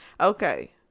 Okay